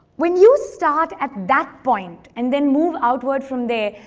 when you start at that point and then move outward from there,